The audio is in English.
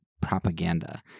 propaganda